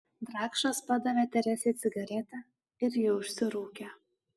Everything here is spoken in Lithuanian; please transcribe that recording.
drakšas padavė teresei cigaretę ir ji užsirūkė